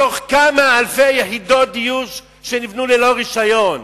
מתוך כמה אלפי יחידות דיור שנבנו בלא רשיון?